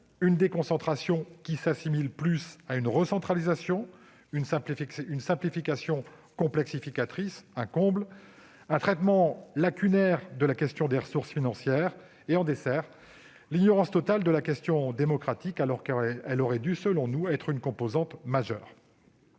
une déconcentration ressemblant plus à une recentralisation ; une simplification complexificatrice- c'est un comble !-; un traitement lacunaire de la question des ressources financières des collectivités ; en dessert, l'ignorance totale de la question démocratique alors qu'elle aurait dû être une composante majeure.